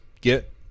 get